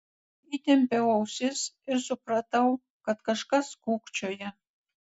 įtempiau ausis ir supratau kad kažkas kūkčioja